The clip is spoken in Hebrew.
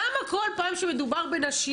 למה כל פעם שמדובר בנשים,